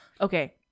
okay